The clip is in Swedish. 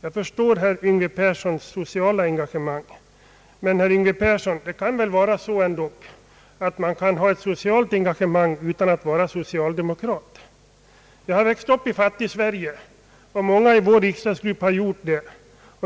Jag förstår herr Yngve Perssons sociala engagemang. Men, herr Yngve Persson, man kan väl ha ett socialt en gagemang utan att vara socialdemokrat. Jag har växt upp i Fattig-Sverige, liksom många i vår riksdagsgrupp.